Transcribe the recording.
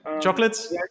chocolates